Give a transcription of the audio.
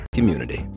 Community